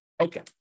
Okay